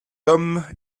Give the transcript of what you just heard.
homme